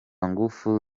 ngufu